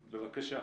בבקשה.